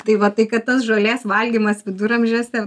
tai va tai kad tas žolės valgymas viduramžiuose